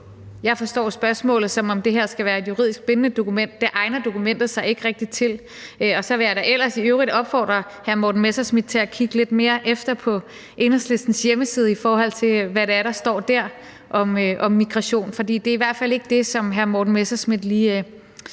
Jeg forstår spørgsmålet, som om det her skal være et juridisk bindende dokument. Det egner dokumentet sig ikke rigtig til. Og så vil jeg da ellers i øvrigt opfordre hr. Morten Messerschmidt til at kigge lidt mere efter på Enhedslistens hjemmeside, i forhold til hvad der står dér om migration. For det er i hvert fald ikke det, som hr. Morten Messerschmidt lige